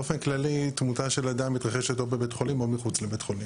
באופן כללי תמותה של אדם מתרחשת או בבית חולים או מחוץ לבית חולים.